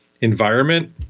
Environment